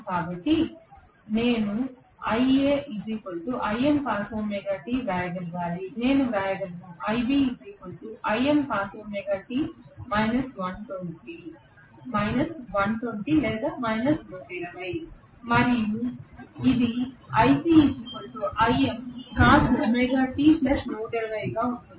కాబట్టి నేను వ్రాయగలగాలి నేను వ్రాయగలను మరియు ఇది ఉంటుంది